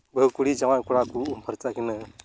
ᱵᱟᱦᱩ ᱠᱩᱲᱤ ᱡᱟᱶᱟᱭ ᱠᱚᱲᱟ ᱠᱚ ᱩᱢ ᱯᱷᱟᱨᱪᱟ ᱠᱤᱱᱟᱹ